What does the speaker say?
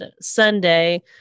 Sunday